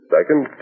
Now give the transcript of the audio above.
Second